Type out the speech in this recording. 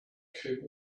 came